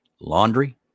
Laundry